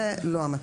זה לא המצב.